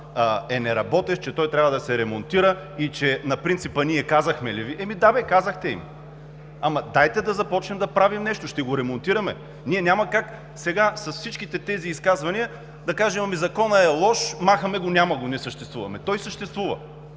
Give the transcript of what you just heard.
е неработещ, че той трябва да се ремонтира, на принципа „Ние казахме ли Ви?“ – да, бе, казахте им, но дайте да започнем да правим нещо. Ще го ремонтираме. Няма как сега с всичките тези изказвания да кажем: „Законът е лош, махаме го, няма го, не съществува“. Той съществува.